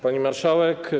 Pani Marszałek!